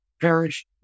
parish